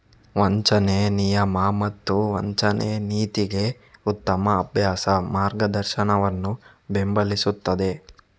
ವಂಚನೆ ನಿಯಮ ಮತ್ತು ವಂಚನೆ ನೀತಿಗೆ ಉತ್ತಮ ಅಭ್ಯಾಸ ಮಾರ್ಗದರ್ಶನವನ್ನು ಬೆಂಬಲಿಸುತ್ತದೆ